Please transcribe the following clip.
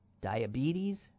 diabetes